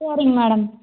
சரிங் மேடம்